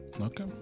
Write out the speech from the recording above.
Okay